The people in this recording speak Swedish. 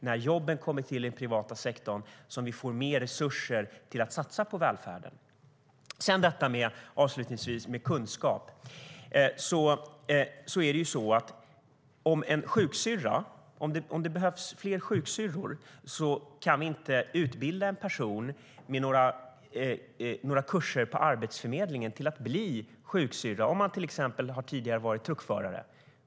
När jobben skapas i den privata sektorn får vi mer resurser till att satsa på välfärden. Låt mig avsluta med att säga något om kunskap. Låt oss säga att det behövs fler sjuksyrror. Vi kan inte utbilda en person med några kurser på Arbetsförmedlingen till att bli sjuksyrra - om man tidigare har varit till exempel truckförare.